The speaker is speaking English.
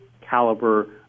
caliber